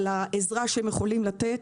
על העזרה שהם יכולים לתת.